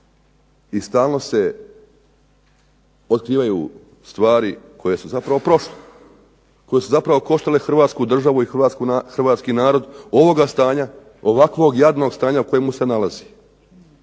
i stalno se otkrivaju stvari koje su zapravo prošle. Koje su zapravo koštale Hrvatsku državu i hrvatski narod ovoga stanja, ovakvog jadnog stanja u kojemu se nalazi.